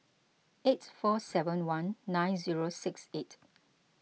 eight four seven one nine zero six eight